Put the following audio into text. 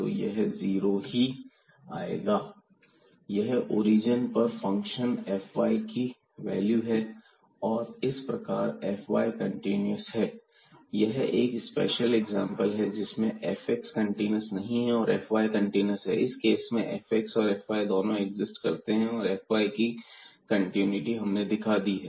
fyxy3y2cos 1x2 x≠0 0x0 fyxy 0 यह origin पर function fy की वैल्यू है इस प्रकार fy कंटीन्यूअस है यह एक स्पेशल एग्जांपल है जिसमें fx कंटीन्यूअस नहीं है और fy कंटीन्यूअस है इस केस में fx और fy दोनों एक्सिस्ट करते हैं और fy की कंटिन्यूटी हमने दिखा दी है